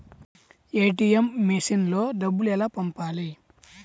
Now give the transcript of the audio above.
ATM మెషిన్లో డబ్బులు ఎలా పంపాలి?